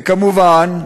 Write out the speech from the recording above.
וכמובן,